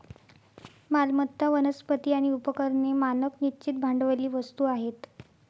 मालमत्ता, वनस्पती आणि उपकरणे मानक निश्चित भांडवली वस्तू आहेत